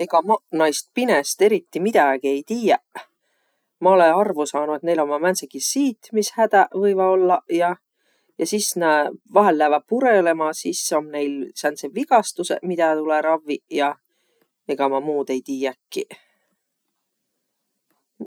Egaq maq naist pinest eriti midägiq ei tiiäq. Ma olõ arvo saanuq, et näil ommaq määntsegiq siitmishädäq võivaq ollaq ja. Ja sis nä vahel lääväq purõlõma, sis om näil sääntseq vigastusõq, midä tulõ ravviq ja. Ega ma muud ei tiiäkiq.